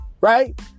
right